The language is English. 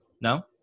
No